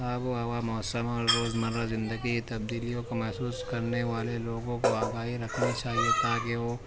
آب و ہوا موسم اور روزمرّہ زندگی تبدیلیوں کو محسوس کرنے والے لوگوں کو آگاہی رکھنی چاہیے تا کہ وہ